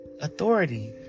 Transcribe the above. authority